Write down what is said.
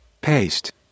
Paste